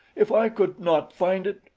if i could not find it,